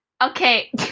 Okay